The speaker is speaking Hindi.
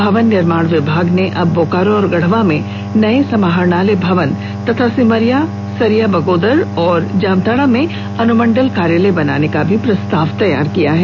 भवन निर्माण विभाग ने अब बोकारो और गढ़वा में नए समाहरणालय भवन तथा सिमरिया सरिया बगोदर और जामताड़ा में अनुमंडल कार्यालय बनाने का भी प्रस्ताव तैयार किया है